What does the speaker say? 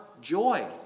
joy